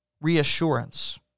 reassurance